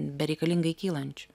bereikalingai kylančiu